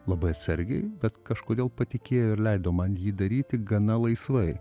labai atsargiai bet kažkodėl patikėjo ir leido man jį daryti gana laisvai